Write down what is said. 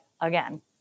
again